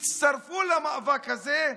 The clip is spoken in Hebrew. תצטרפו למאבק הזה,